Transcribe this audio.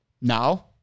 Now